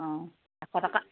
অঁ এশ টকা